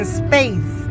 space